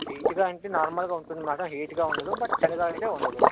హీటుగా అంటే నార్మల్గా ఉంటుంది మ్యాడం హీట్గా ఉండదు బట్ చలిగా అయితే ఉండదు